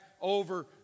...over